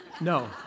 No